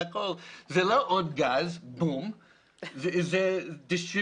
זה לא עוד גז אלא זה יחריב,